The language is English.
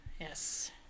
Yes